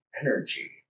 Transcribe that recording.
energy